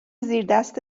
زیردست